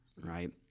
right